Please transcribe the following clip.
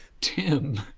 Tim